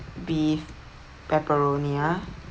beef pepperoni ah